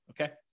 Okay